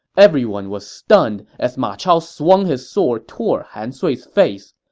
everyone was stunned as ma chao swung his sword toward han sui's face.